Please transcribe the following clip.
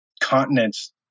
continents